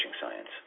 science